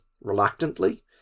reluctantly